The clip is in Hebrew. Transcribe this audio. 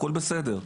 הכול בסדר.